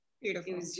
beautiful